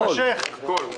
הכול.